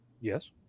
Yes